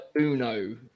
Uno